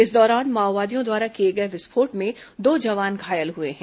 इस दौरान माओवादियों द्वारा किए गए विस्फोट में दो जवान घायल हुए हैं